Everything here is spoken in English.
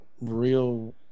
real